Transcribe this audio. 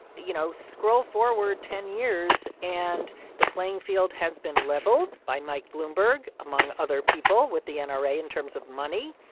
you know, scroll forward ten years, and the playing field has been leveled by mike bloomberg, among other people with the and nra, in terms of money.